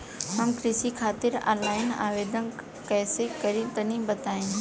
हम कृषि खातिर आनलाइन आवेदन कइसे करि तनि बताई?